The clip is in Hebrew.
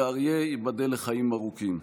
ואריה, ייבדל לחיים ארוכים,